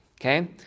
Okay